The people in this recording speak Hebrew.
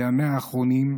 בימיה האחרונים,